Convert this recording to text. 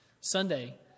Sunday